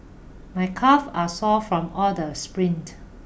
my calves are sore from all the sprints